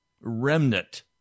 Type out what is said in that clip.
remnant